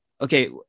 okay